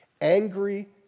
angry